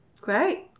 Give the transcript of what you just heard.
great